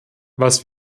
was